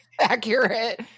accurate